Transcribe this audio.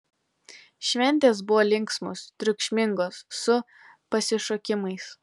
šventės buvo linksmos triukšmingos su pasišokimais